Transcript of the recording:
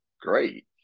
great